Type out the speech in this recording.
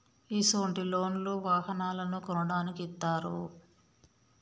ఇసొంటి లోన్లు వాహనాలను కొనడానికి ఇత్తారు